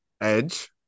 Edge